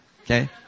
okay